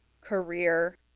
career